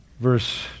verse